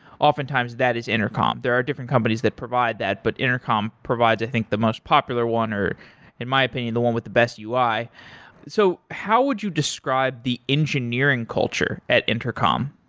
oftentimes that is intercom there are different companies that provide that, but intercom provides i think the most popular one, or in my opinion, the one with the best ui. so how would you describe the engineering culture at intercom?